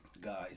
guys